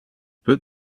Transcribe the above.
but